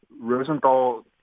Rosenthal